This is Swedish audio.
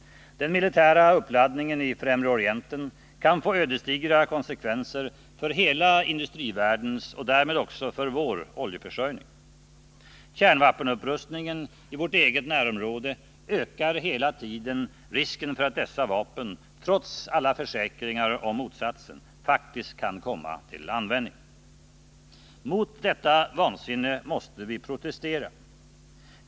Den militära uppladdningen i Främre Orienten kan få ödesdigra konsekvenser för hela industrivärldens och därmed också för vår oljeförsörjning. Kärnvapenupprustningen i vårt eget närområde ökar hela tiden risken för att dessa vapen, trots alla försäkringar om motsatsen, faktiskt kan komma till användning. Mot detta vansinne måste vi protestera.